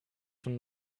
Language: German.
von